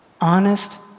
honest